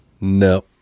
No